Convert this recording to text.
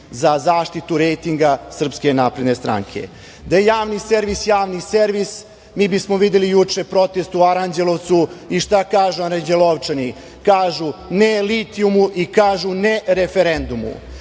za zaštitu rejtinga SNS.Da je Javni servis Javni servis mi bismo videli juče protest u Aranđelovcu i šta kažu Aranđelovčani. Kažu - ne litijumu i kažu ne referendumu. Da